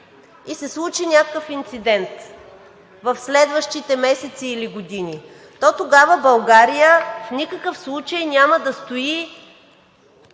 и се случи някакъв инцидент в следващите месеци или години, то тогава България в никакъв случай няма да стои